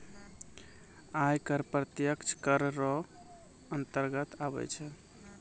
आय कर प्रत्यक्ष कर रो अंतर्गत आबै छै